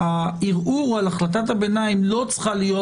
הערעור על החלטת הביניים לא צריכה להיות